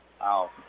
Wow